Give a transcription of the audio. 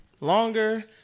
longer